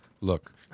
look